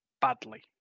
badly